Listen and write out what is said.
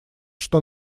что